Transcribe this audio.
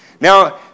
Now